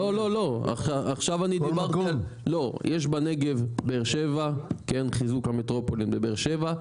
לא, יש בנגב באר שבע, חיזוק המטרופולין בבאר שבע,